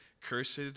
cursed